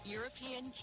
European